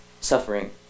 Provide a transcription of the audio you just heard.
suffering